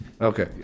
Okay